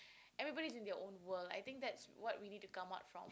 everybody's in their own world I think that's what we need to come out from